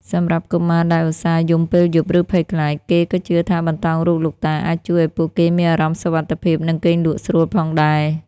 សម្រាប់កុមារដែលឧស្សាហ៍យំពេលយប់ ឬភ័យខ្លាច គេក៏ជឿថាបន្តោងរូបលោកតាអាចជួយឱ្យពួកគេមានអារម្មណ៍សុវត្ថិភាព និងគេងលក់ស្រួលផងដែរ។